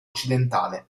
occidentale